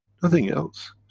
nothing else.